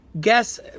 guess